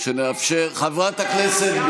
רק להכפיש, רק לקלל, רק להשמיץ.